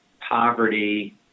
poverty